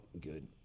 good